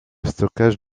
stockage